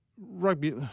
Rugby